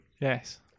yes